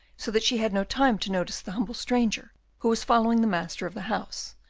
so that she had no time to notice the humble stranger who was following the master of the house,